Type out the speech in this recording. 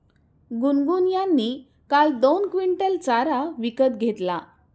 गुनगुन यांनी काल दोन क्विंटल चारा विकत घेतला